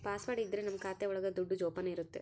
password ಇದ್ರೆ ನಮ್ ಖಾತೆ ಒಳಗ ದುಡ್ಡು ಜೋಪಾನ ಇರುತ್ತೆ